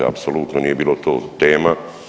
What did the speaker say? Apsolutno nije bilo to tema.